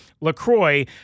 LaCroix